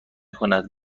کند